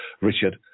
Richard